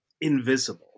invisible